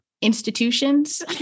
institutions